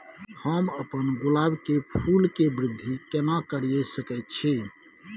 हम अपन गुलाब के फूल के वृद्धि केना करिये सकेत छी?